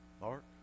Mark